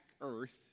earth